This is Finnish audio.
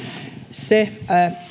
se